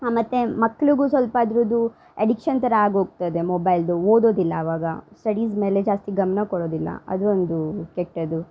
ಮತ್ತು ಮಕ್ಕಳಿಗು ಸ್ವಲ್ಪ ಅದರದ್ದು ಎಡಿಕ್ಷನ್ ಥರ ಆಗೋಗ್ತದೆ ಮೊಬೈಲ್ದು ಓದೋದಿಲ್ಲ ಅವಾಗ ಸ್ಟಡೀಸ್ ಮೇಲೆ ಜಾಸ್ತಿ ಗಮನ ಕೊಡೋದಿಲ್ಲ ಅದು ಒಂದು ಕೆಟ್ಟದು